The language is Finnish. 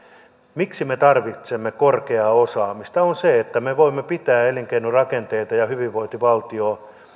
miksi me tarvitsemme korkeaa osaamista on se että me voimme pitää elinkeinorakenteita ja hyvinvointivaltiota